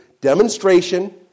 demonstration